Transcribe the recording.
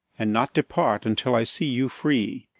and not depart until i see you free.